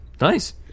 Nice